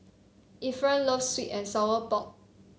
Efren loves sweet and Sour Pork